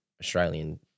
Australian